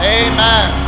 amen